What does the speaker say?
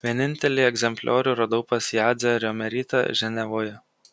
vienintelį egzempliorių radau pas jadzią riomerytę ženevoje